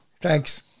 Thanks